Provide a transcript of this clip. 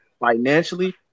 financially